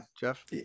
Jeff